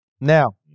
Now